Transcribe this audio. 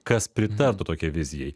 kas pritartų tokiai vizijai